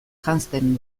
janzten